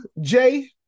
Jay